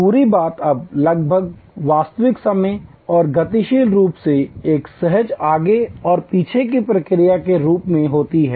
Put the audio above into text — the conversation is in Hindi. पूरी बात अब लगभग वास्तविक समय और गतिशील रूप से एक सहज आगे और पीछे की प्रक्रिया के रूप में होती है